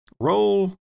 Roll